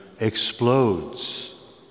explodes